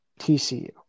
TCU